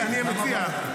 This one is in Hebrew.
המציע,